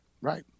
Right